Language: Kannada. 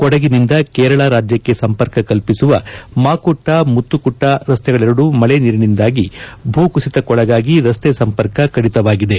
ಕೊಡಗಿನಿಂದ ಕೇರಳ ರಾಜ್ಯಕ್ಕೆ ಸಂಪರ್ಕ ಕಲ್ಪಿಸುವ ಮಾಕುಟ್ವ ಮತ್ತುಕುಟ್ವ ರಸ್ತೆಗಳೆರಡೂ ಮಳೆ ನೀರಿನಿಂದಾಗಿ ಭೂಕುಸಿತಕ್ಕೊ ಳಗಾಗಿ ರಸ್ತೆ ಸಂಪರ್ಕ ಕಡಿತವಾಗಿದೆ